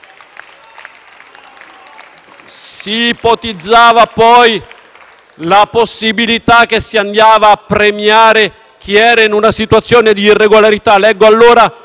Si ipotizzava poi la possibilità di andare a premiare chi era in una situazione di irregolarità.